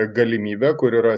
galimybė kur yra